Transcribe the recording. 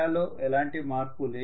లో ఎలాంటి మార్పు లేదు